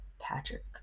Patrick